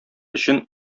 өчен